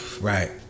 Right